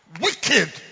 Wicked